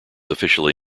officially